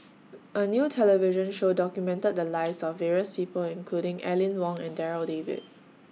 A New television Show documented The Lives of various People including Aline Wong and Darryl David